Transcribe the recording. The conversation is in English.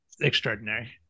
Extraordinary